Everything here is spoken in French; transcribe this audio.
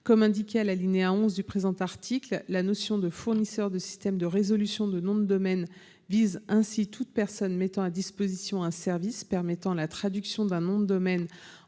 est indiqué à l’alinéa 11 du présent article, la notion de fournisseur de système de résolution de noms de domaine vise toute personne mettant à disposition un service permettant la traduction d’un nom de domaine